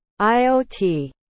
IoT